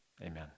amen